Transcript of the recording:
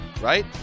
right